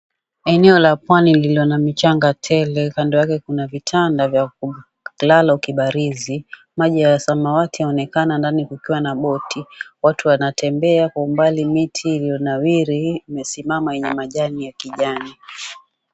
Eneo la pwani lililo na michanga tele kando yake kuna vitanda vya kulala ukibarizi maji ya samawati yaonekana ndani kukiwa na boti, watu wanatembea kwa mbali miti iliyonawiri imesimama ina majani ya kijani.